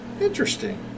Interesting